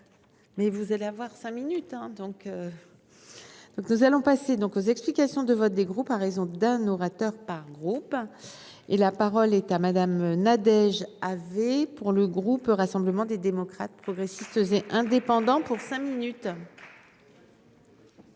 Mais vous allez avoir 5 minutes donc. Nous allons passer donc aux explications de vote, des groupes à raison d'un orateur par groupe. Et la parole est à madame Nadège avez pour le groupe Rassemblement des démocrates, progressistes et indépendants pour cinq minutes.